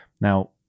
Now